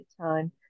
time